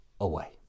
away